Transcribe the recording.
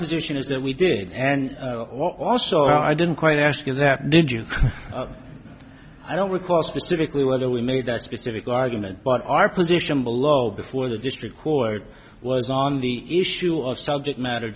position is that we did and also i didn't quite ask you that did you i don't recall specifically whether we made that specific argument but our position below before the district court was on the issue of subject matter